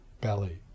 belly